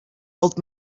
old